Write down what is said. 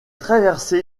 traversé